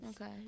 Okay